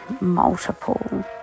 multiple